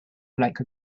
like